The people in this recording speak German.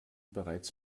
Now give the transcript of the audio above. bereits